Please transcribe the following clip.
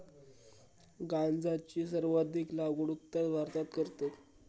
गांजाची सर्वाधिक लागवड उत्तर भारतात करतत